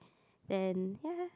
and yeah